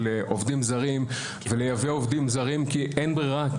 עובדים זרים ולייבא עובדים זרים כי אין ברירה.